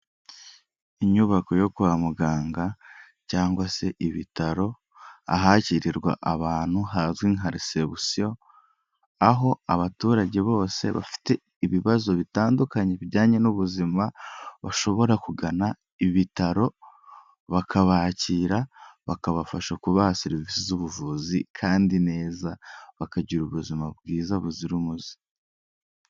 Inyubako yo kwa muganga cyangwa se ibitaro ahakirirwa abantu hazwi nka resebusiyo aho abaturage bose bafite ibibazo bitandukanye bijyanye n'ubuzima bashobora kugana ibitaro bakabakira bakabafasha kubaha serivisi z'ubuvuzi kandi neza bakagira ubuzima bwiza buzira umuze.